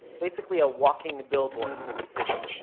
basically a walking billboard for the city